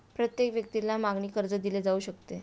प्रत्येक व्यक्तीला मागणी कर्ज दिले जाऊ शकते